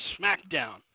SmackDown